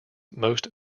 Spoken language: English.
most